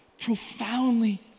profoundly